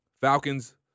Falcons